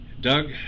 Doug